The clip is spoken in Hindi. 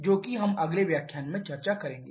जोकि हम अगले व्याख्यान में चर्चा करेंगे